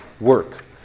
work